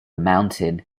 mountain